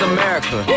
America